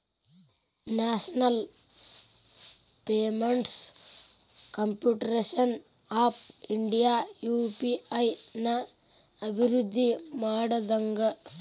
national payments corporation of India UPI ನ ಅಭಿವೃದ್ಧಿ ಮಾಡ್ಯಾದಂತ